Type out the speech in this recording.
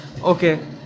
okay